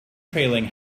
trailing